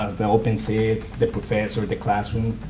ah the open seats, the professor, the classroom.